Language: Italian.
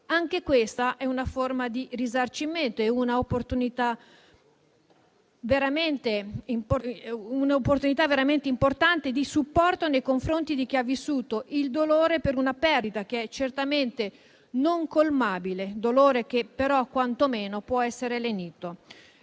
Anche questa è una forma di risarcimento, un'opportunità veramente importante di supporto nei confronti di chi ha vissuto il dolore per una perdita che è certamente non colmabile, ma che quantomeno può essere lenito.